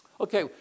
Okay